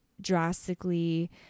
drastically